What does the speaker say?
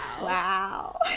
wow